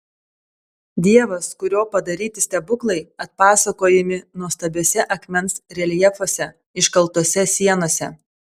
dievas kurio padaryti stebuklai atpasakojami nuostabiuose akmens reljefuose iškaltuose sienose